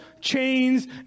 chains